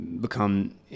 become